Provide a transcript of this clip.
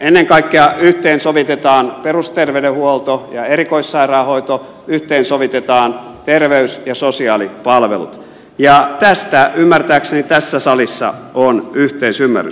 ennen kaikkea yhteensovitetaan perusterveydenhuolto ja erikoissairaanhoito yhteensovitetaan terveys ja sosiaalipalvelut ja tästä ymmärtääkseni tässä salissa on yhteisymmärrys